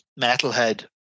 metalhead